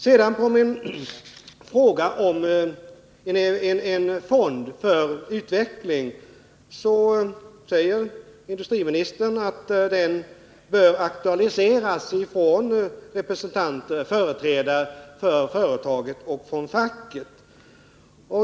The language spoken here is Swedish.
På min fråga om en fond för utveckling svarar industriministern att den bör aktualiseras av företrädare för företaget och från facket.